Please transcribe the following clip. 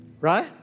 Right